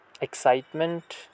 excitement